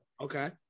Okay